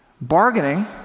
Bargaining